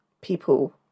people